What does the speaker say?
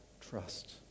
trust